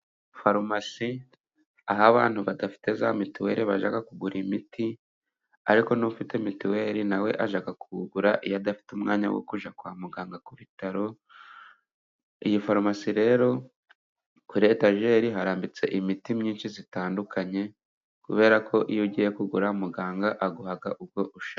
Farumasi aho abantu badafite za mituweri bajya kugura imiti, ariko n'ufite mituweri na we ajya kuwugura iyo adafite umwanya wo kujya kwa muganga, ku bitaro. Iyi farumasi rero kuri etajeri harambitse imiti myinshi itandukanye, kubera ko iyo ugiye kuwugura muganga aguha uwo ushaka.